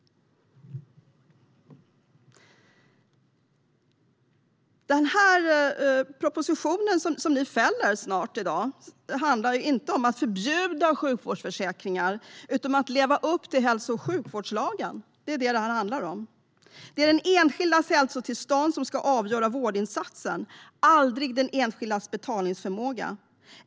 Den här propositionen som ni nu snart fäller i dag handlar inte om att förbjuda sjukvårdsförsäkringar utan om att leva upp till hälso och sjukvårdslagen. Det är den enskildes hälsotillstånd som ska avgöra vårdinsatsen, aldrig den enskildes betalningsförmåga.